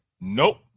Nope